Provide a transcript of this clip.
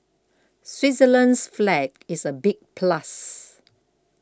Switzerland's flag is a big plus